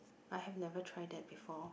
I have never try that before